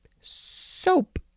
Soap